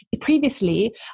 previously